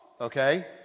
Okay